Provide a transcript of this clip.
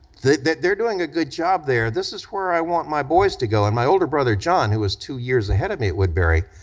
they're doing a good job there, this is where i want my boys to go, and my older brother john, who was two years ahead of me at woodberry,